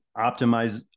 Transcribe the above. optimize